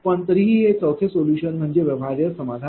पण तरीही हे चौथे सोलुशन म्हणजे व्यवहार्य समाधान आहे